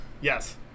Yes